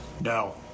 No